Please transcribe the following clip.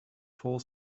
four